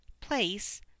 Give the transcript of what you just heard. place